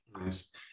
Nice